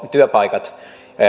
työpaikat